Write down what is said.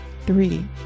Three